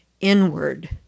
inward